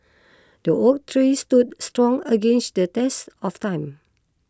the oak tree stood strong against the test of time